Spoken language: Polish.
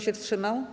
się wstrzymał?